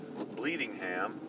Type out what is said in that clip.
Bleedingham